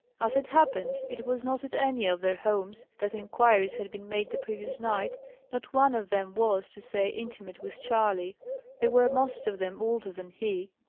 as it happened, it was not at any of their homes that inquiries had been made the previous night not one of them was, to say, intimate with charley they were most of them older than he.